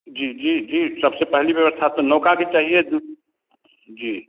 जी जी जी सबसे पहली व्यवस्था तो नौका की चाहिए जो जी